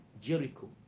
Jericho